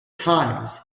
times